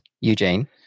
Eugene